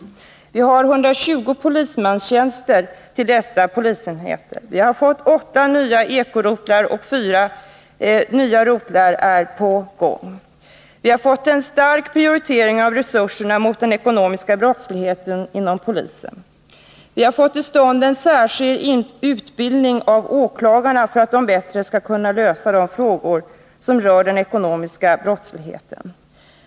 Vi har 120 polismanstjänster till dessa polisenheter. Vi har fått åtta nya eko-rotlar, och fyra nya rotlar är på gång. Vi har fått en stark prioritering av resurserna inom polisen mot den ekonomiska brottsligheten. Vi har fått till stånd särskild utbildning av åklagarna så att de bättre skall kunna lösa de frågor som rör den ekonomiska brottsligheten.